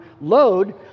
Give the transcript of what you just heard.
Load